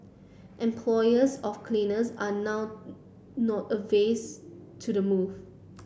employers of cleaners are now not averse to the move